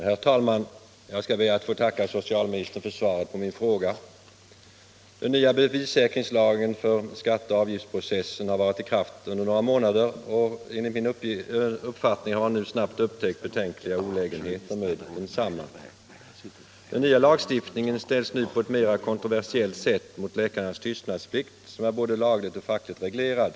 Herr talman! Jag skall be att få tacka socialministern för svaret på min fråga. Den nya bevissäkringslagen för skatte och avgiftsprocessen har varit i kraft under några månader, och enligt min mening har man snabbt upptäckt betänkliga olägenheter med densamma. Den nya lag — Nr 126 stiftningen ställs nu på ett mera kontroversiellt sätt mot läkarnas tyst Torsdagen den nadsplikt som är både lagligt och fackligt reglerad.